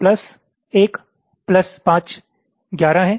तो कुल 5 plus 1 plus 5 11 है